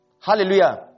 Hallelujah